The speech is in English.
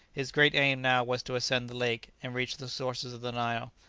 his great aim now was to ascend the lake, and reach the sources of the nile.